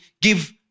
Give